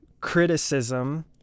criticism